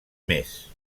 més